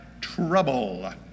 trouble